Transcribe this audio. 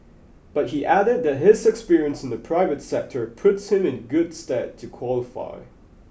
but he added that his experience in the private sector puts him in good stead to qualify